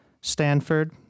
Stanford